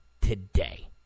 today